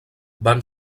van